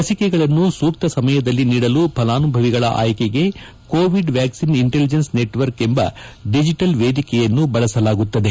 ಲಸಿಕೆಗಳನ್ನು ಸೂಕ್ತ ಸಮಯದಲ್ಲಿ ನೀಡಲು ಫಲಾನುಭವಿಗಳ ಆಯ್ಕೆಗೆ ಕೋವಿಡ್ ವ್ಯಾಕ್ಸಿನ್ ಇಂಟಲಿಜೆನ್ಸ್ ನೆಟ್ವರ್ಕ್ ಎಂಬ ಡಿಜಿಟಲ್ ವೇದಿಕೆಯನ್ನು ಬಳಸಲಾಗುತ್ತದೆ